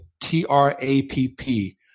T-R-A-P-P